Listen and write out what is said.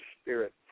spirit